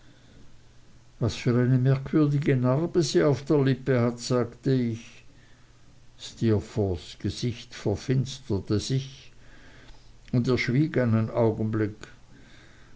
was für eine merkwürdige narbe sie auf der lippe hat sagte ich steerforths gesicht verfinsterte sich und er schwieg einen augenblick